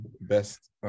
best